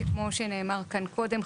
וכמו שנאמר כאן קודם,